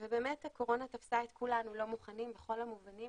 ובאמת הקורונה תפסה את כולנו לא מוכנים בכל המובנים